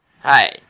Hi